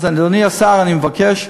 אז, אדוני השר, אני מבקש,